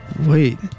Wait